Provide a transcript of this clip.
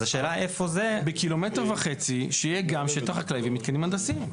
אז השאלה איפה זה --- ב-1.5 ק"מ שיהיה גם שטח חקלאי ומתקנים הנדסיים.